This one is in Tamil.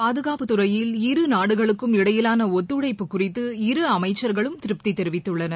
பாதுகாப்புத் துறையில் இருநாடுகளுக்கும் இடையிவான ஒத்துழைப்பு குறித்து இரு அமைச்சர்களும் திருப்தி தெரிவித்துள்ளனர்